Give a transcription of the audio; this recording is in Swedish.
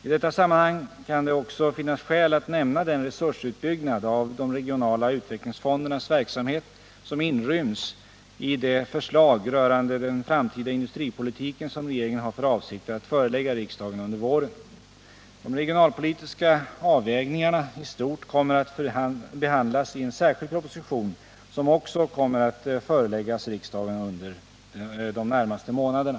I detta sammanhang kan det också finnas skäl att nämna den resursutbyggnad av de regionala utvecklingsfondernas verksamhet som inryms i det förslag rörande den framtida industripolitiken som regeringen har för avsikt att förelägga riksdagen under våren. De regionalpolitiska avvägningarna i stort kommer att behandlas i en särskild proposition, som också kommer att föreläggas riksdagen under de närmaste månaderna.